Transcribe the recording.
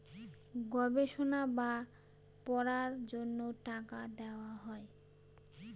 গবেষণা বা পড়ার জন্য টাকা দেওয়া হয়